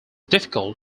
difficult